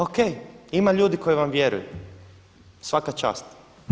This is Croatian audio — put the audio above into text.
Ok, ima ljudi koji vam vjeruju, svaka čast.